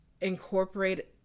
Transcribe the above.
incorporate